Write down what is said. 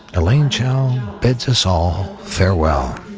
elaine chao bids us all farewell